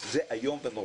וזה איום ונורא.